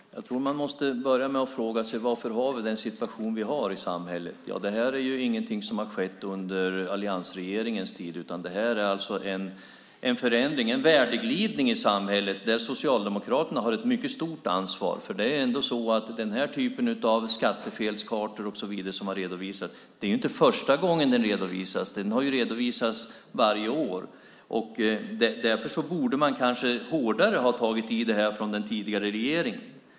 Fru talman! Jag tror att man måste börja med att fråga sig varför vi har den situation vi har i samhället. Det är inget som har skett under alliansregeringens tid, utan det är en förändring, en värdeglidning i samhället, där Socialdemokraterna har ett mycket stort ansvar. Det är ändå så när det gäller den här typen av skattefelskartor och så vidare som har redovisats att det inte är första gången det redovisas. Det har redovisats varje år. Därför borde man kanske hårdare ha tagit tag i det här från den tidigare regeringen.